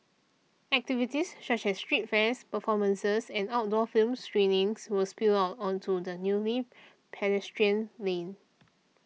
activities such as street fairs performances and outdoor film screenings will spill out onto the newly pedestrian lane